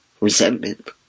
resentment